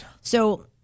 So-